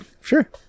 Sure